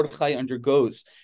undergoes